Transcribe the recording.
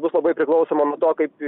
bus labai priklausoma nuo to kaip